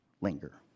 linger